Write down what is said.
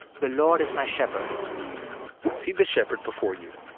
the lord is my shepherd see the shepherd before you.